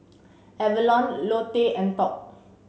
Avalon Lotte and Top